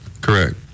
Correct